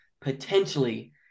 potentially